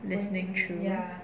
listening through